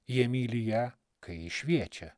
jie myli ją kai ji šviečia